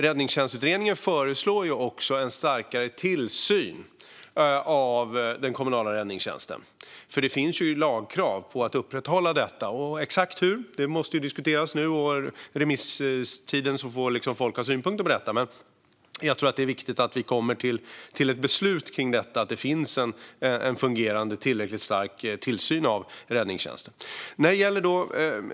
Räddningstjänstutredningen föreslår också en starkare tillsyn av den kommunala räddningstjänsten. Det finns ju lagkrav på att upprätthålla detta, och exakt hur måste diskuteras. Nu under remisstiden kan det lämnas synpunkter på det. Jag tror dock att det är viktigt att vi kommer fram till ett beslut för att det ska finnas en fungerande och tillräckligt stark tillsyn av räddningstjänsten.